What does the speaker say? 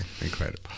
Incredible